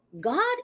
god